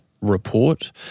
report